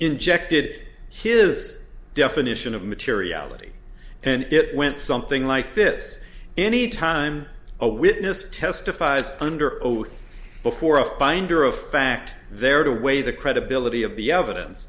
injected his definition of materiality and it went something like this any time a witness testified under oath before a finder of fact there are two way the credibility of the evidence